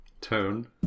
tone